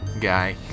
guy